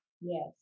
Yes